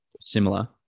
similar